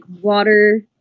water